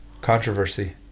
controversy